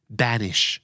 banish